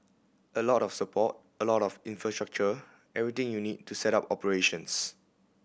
a lot of support a lot of infrastructure everything you need to set up operations